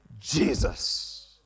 Jesus